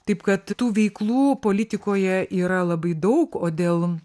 taip kad tų veiklų politikoje yra labai daug o dėl